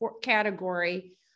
category